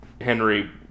Henry